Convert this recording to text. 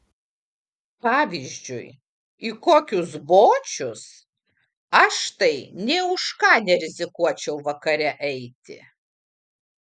pavyzdžiui į kokius bočius aš tai nė už ką nerizikuočiau vakare eiti